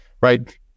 Right